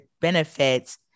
benefits